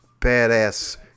badass